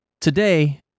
Today